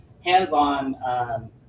hands-on